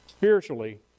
spiritually